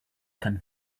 can